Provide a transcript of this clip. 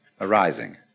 arising